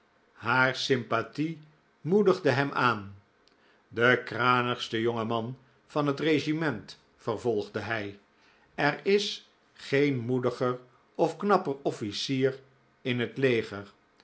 haar sympathie moedigde hem aan de kranigste jonge man van het regiment vervolgde hij er is geen moediger of knapper officier in het leger